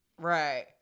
right